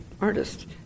artist